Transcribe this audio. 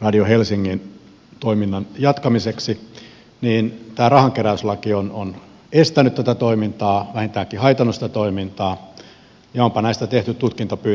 radio helsingin toiminnan jatkamiseksi niin tämä rahankeräyslaki on estänyt tätä toimintaa vähintäänkin haitannut sitä toimintaa ja onpa näistä tehty tutkintapyyntöjä